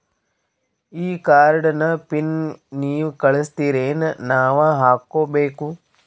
ಈ ಕಾರ್ಡ್ ನ ಪಿನ್ ನೀವ ಕಳಸ್ತಿರೇನ ನಾವಾ ಹಾಕ್ಕೊ ಬೇಕು?